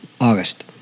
August